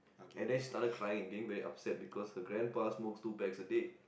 and then she started crying and getting very upset because her grandpa smokes two packs a day